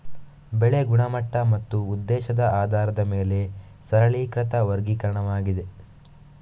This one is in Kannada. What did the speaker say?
ಬೆಳೆ ಗುಣಮಟ್ಟ ಮತ್ತು ಉದ್ದೇಶದ ಆಧಾರದ ಮೇಲೆ ಸರಳೀಕೃತ ವರ್ಗೀಕರಣವಾಗಿದೆ